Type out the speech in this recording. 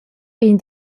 vegn